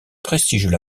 prestigieux